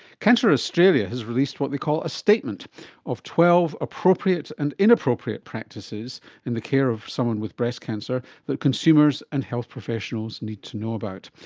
cancer australia has released what they call a statement of twelve appropriate and inappropriate practices in the care of someone with breast cancer that consumers and health professionals need to know about.